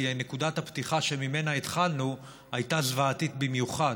כי נקודת הפתיחה שממנה התחלנו הייתה זוועתית במיוחד.